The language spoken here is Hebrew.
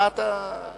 הוא קיבל אדרנלין,